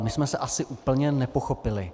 My jsme se asi úplně nepochopili.